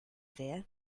there